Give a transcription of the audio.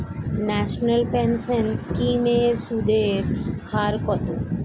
National pension scheme এর সুদের হার কত?